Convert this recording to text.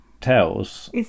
tells